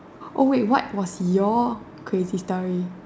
oh wait what was your crazy story